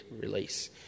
release